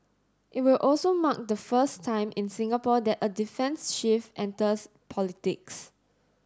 it will also mark the first time in Singapore that a defence chief enters politics